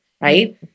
right